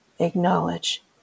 Acknowledge